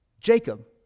Jacob